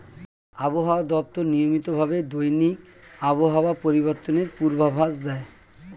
আবহাওয়া দপ্তর নিয়মিত ভাবে দৈনিক আবহাওয়া পরিবর্তনের পূর্বাভাস দেয়